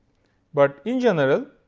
but in general,